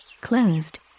closed